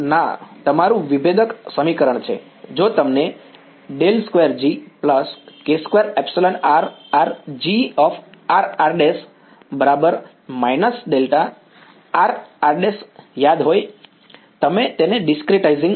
ના તમારું વિભેદક સમીકરણ છે જો તમને ∇2G k2εr Gr r′ − δr r′ યાદ હોય વિદ્યાર્થી તમે તેને ડિસ્ક્રીટાઈંગ